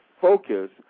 focus